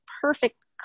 perfect